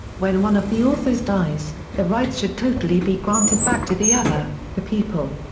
when one of the authors dies, the rights should totally be granted back to the other, the people.